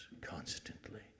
constantly